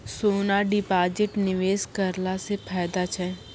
सोना deposit निवेश करला से फैदा छै?